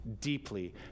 deeply